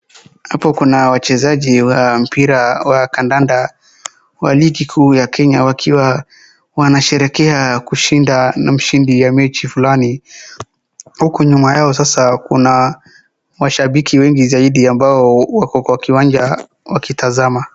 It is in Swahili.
Hapa kuna wachezaji wa mpira wa kandanda wa rigi kuu ya Kenya wakiwa wanasherehekea kushinda na mshindi ya mechi fulani. Huku nyuma yao kuna mashabiki wengi zaidi wako kwa kiwanja wakitazama.